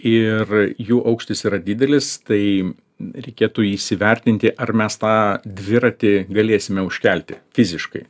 ir jų aukštis yra didelis tai reikėtų įsivertinti ar mes tą dviratį galėsime užkelti fiziškai